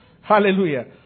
Hallelujah